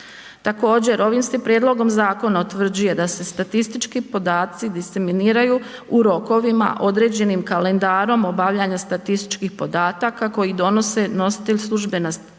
Također, ovim se prijedlogom zakona utvrđuje da se statistički podaci diseminiraju u rokovima određenim kalendarom obavljanja statističkih podataka koji donose nositelj službene statistike i